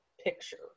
picture